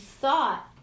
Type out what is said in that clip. thought